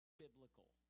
biblical